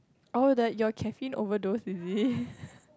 oh the you caffeine overdose it is